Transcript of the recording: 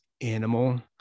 animal